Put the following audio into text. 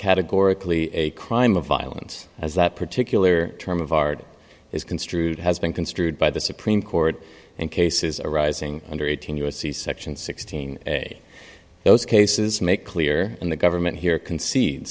categorically a crime of violence as that particular term of art is construed has been construed by the supreme court and cases arising under eighteen u s c section sixteen a those cases make clear and the government here concede